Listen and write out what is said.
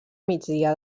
migdia